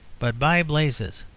but, by blazes,